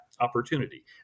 opportunity